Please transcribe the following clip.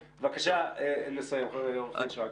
בבקשה לסיים, עורך דין שרגא.